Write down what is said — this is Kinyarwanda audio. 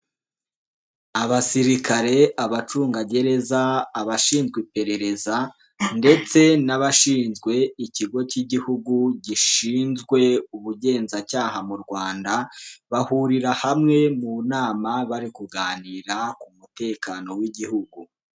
Abasirikare, abacungagereza, abashinzwe iperereza ndetse n'abashinzwe ikigo cy'Igihugu gishinzwe ubugenzacyaha mu Rwanda, bahurira hamwe mu nama bari kuganira ku mutekano w'Igihugu.